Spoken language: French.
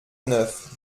neuf